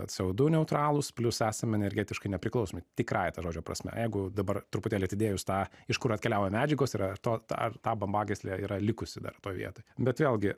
c o du neutralūs plius esame energetiškai nepriklausomi tikrąja to žodžio prasme jeigu dabar truputėlį atidėjus tą iš kur atkeliauja medžiagos yra to ar ta bambagyslė yra likusi dar toj vietoj bet vėlgi